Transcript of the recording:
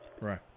right